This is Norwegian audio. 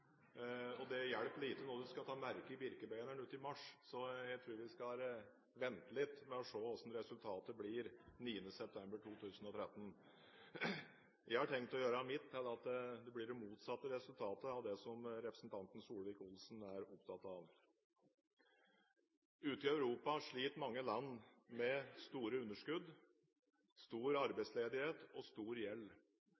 og det hjelper lite når du skal ta merke i Birkebeineren ute i mars. Så jeg tror vi skal vente litt med å se hvordan resultatet blir 9. september 2013. Jeg har tenkt å gjøre mitt til at det blir det motsatte resultatet av det som representanten Solvik-Olsen er opptatt av. Ute i Europa sliter mange land med store underskudd, stor